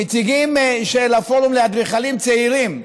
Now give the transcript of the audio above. נציגים של הפורום לאדריכלים צעירים.